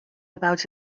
about